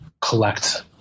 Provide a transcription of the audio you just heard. collect